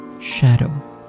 shadow